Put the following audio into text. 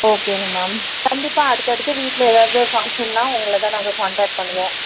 ஓகேங்க மேம் கண்டிப்பாக அடுத்து அடுத்து வீட்டில் ஏதாவது ஒரு ஃபங்க்ஷன்னால் உங்களை தான் நாங்கள் கான்டேக்ட் பண்ணுவோம்